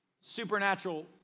supernatural